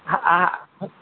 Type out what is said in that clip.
आ